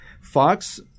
Fox